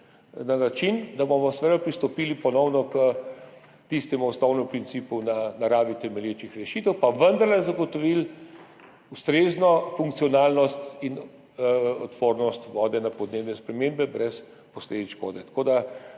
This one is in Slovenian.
na način, da bomo seveda pristopili ponovno k tistemu osnovnemu principu na naravi temelječih rešitev, pa vendarle zagotovili ustrezno funkcionalnost in odpornost vode na podnebne spremembe brez posledic škode.